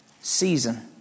Season